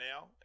now